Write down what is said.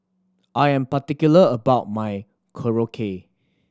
I am particular about my Korokke